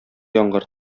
яңгыр